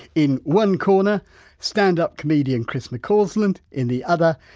in one corner stand-up comedian chris mccausland! in the other,